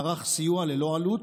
מערך סיוע ללא עלות,